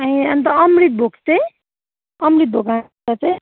ए अन्त अमृतभोग चाहिँ अमृतभोग आँटा चाहिँ